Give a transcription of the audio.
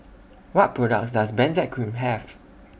What products Does Benzac Cream Have